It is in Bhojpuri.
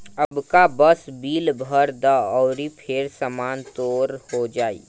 अबका बस बिल भर द अउरी फेर सामान तोर हो जाइ